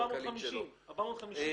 הצעת החוק הזאת לוקחת ומבטלת את כל מקטע ההובלה,